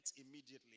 immediately